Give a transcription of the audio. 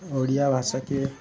ଓଡ଼ିଆ ଭାଷାକେ